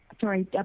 Sorry